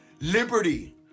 Liberty